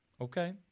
Okay